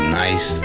nice